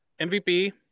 MVP